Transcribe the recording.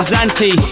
Zanti